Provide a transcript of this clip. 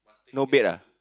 no bed ah